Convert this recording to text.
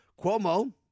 Cuomo